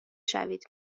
شوید